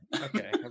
Okay